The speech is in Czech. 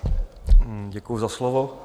Děkuji za slovo.